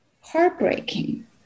heartbreaking